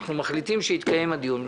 אנחנו מחליטים שיתקיים הדיון.